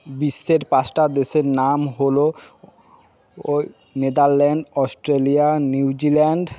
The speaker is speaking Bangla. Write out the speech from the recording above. বিশ্বের পাঁচটা দেশের নাম হল ওই নেদারল্যান্ড অস্ট্রেলিয়া নিউজিল্যান্ড